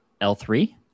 L3